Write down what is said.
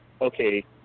okay